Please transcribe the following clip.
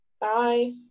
Bye